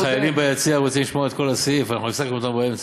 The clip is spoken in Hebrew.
החיילים ביציע רוצים לשמוע את כל הסעיף ואנחנו הפסקנו אותו באמצע,